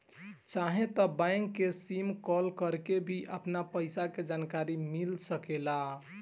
चाहे त बैंक के मिस कॉल करके भी अपन पईसा के जानकारी मिल सकेला